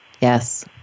Yes